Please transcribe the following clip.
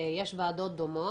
יש ועדות דומות.